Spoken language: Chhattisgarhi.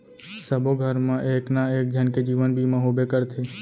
सबो घर मा एक ना एक झन के जीवन बीमा होबे करथे